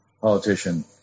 politician